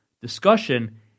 discussion